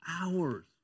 hours